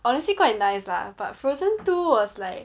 honestly quite nice lah but frozen two was like